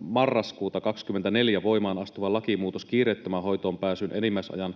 marraskuuta 2024 voimaan astuva lakimuutos kiireettömän hoitoonpääsyn enimmäisajan